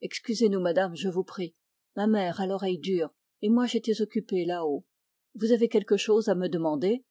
excusez nous madame je vous prie ma mère a l'oreille dure et moi j'étais occupé là-haut vous avez quelque chose à me demander